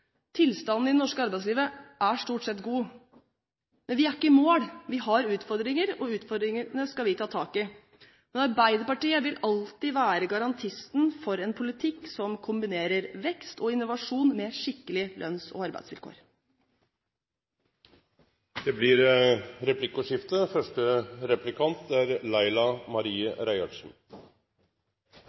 Tilstanden i det norske arbeidslivet er stort sett god, men vi er ikke i mål. Vi har utfordringer, og utfordringene skal vi ta tak i. Men Arbeiderpartiet vil alltid være garantisten for en politikk som kombinerer vekst og innovasjon med skikkelige lønns- og arbeidsvilkår. Det blir replikkordskifte. Regjeringa har hatt stort fokus på ufrivillig deltid, og det er